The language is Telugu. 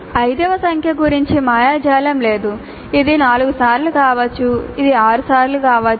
ఐదవ సంఖ్య గురించి మాయాజాలం లేదు ఇది నాలుగు సార్లు కావచ్చు ఇది ఆరు సార్లు కావచ్చు